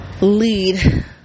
lead